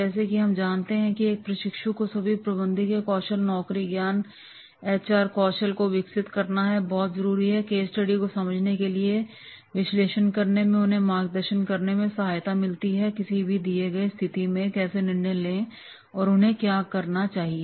जैसा कि हम जानते हैं कि एक प्रशिक्षु को सभी प्रबंधकीय कौशल नौकरी ज्ञान कौशल एचआर कौशल को विकसित करना बहुत जरूरी होता है और केस स्टडी को समझने और विश्लेषण करने से उन्हें मार्गदर्शन प्राप्त करने में भी सहायता मिलती है कि किसी दिए गए स्थिति में कैसे निर्णय लेने हैं और उन्हें क्या करना है